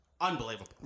Unbelievable